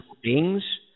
beings